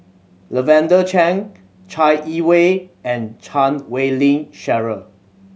Lavender Chang Chai Yee Wei and Chan Wei Ling Cheryl